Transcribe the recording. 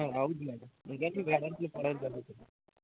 అవ్వుద్ది madam ఎందుకంటే వెడల్పు పొడవు తగ్గుతుంది